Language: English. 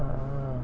ah